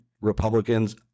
Republicans